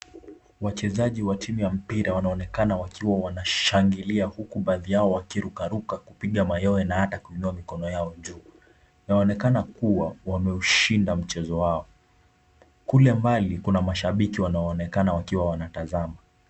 Wachezaji wa timu ya mpira wanaonekana wakiwa wanashangilia, huku baadhi yao wakirukaruka, kupiga mayowe na hata kuinua mikono yao juu. Inaonekana kuwa wameushinda mchezo wao. Kule mbali kuna mashabiki wanaoonekana wakiwa wanawatazama.